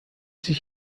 sich